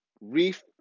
reef